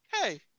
hey